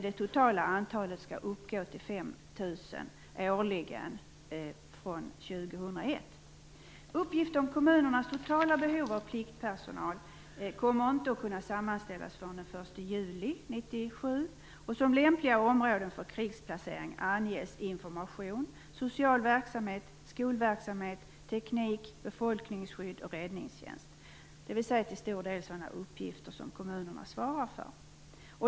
Det totala antalet skall uppgå till Uppgifter om kommunernas totala behov av pliktpersonal kommer inte att kunna sammanställas förrän den 1 juli 1997. Som lämpliga områden för krigsplacering anges information, social verksamhet, skolverksamhet, teknik, befolkningsskydd och räddningstjänst, dvs. till stor del sådana uppgifter som kommunerna svarar för.